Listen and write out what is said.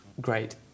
Great